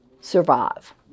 survive